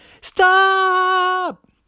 Stop